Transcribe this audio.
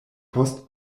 post